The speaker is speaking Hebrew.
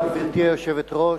גברתי היושבת-ראש,